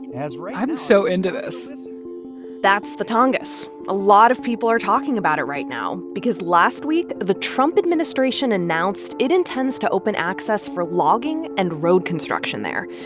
as right now. i'm so into this that's the tongass. a lot of people are talking about it right now because, last week, the trump administration announced it intends to open access for logging and road construction there.